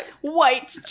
white